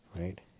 right